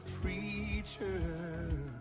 preacher